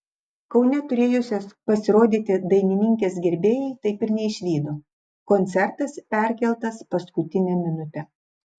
kaune turėjusios pasirodyti dainininkės gerbėjai taip ir neišvydo koncertas perkeltas paskutinę minutę